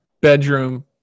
bedroom